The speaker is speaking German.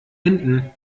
hinten